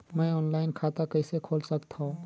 मैं ऑनलाइन खाता कइसे खोल सकथव?